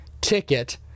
ticket